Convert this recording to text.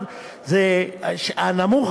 גידרו את האזור, במובן הזה